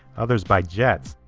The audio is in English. others by jets.